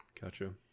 gotcha